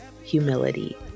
humility